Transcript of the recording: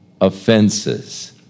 offenses